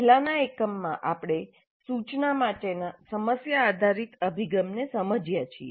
પહેલાનાં એકમમાં આપણે સૂચના માટેનો સમસ્યા આધારિત અભિગમ સમજ્યા છીએ